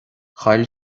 chaill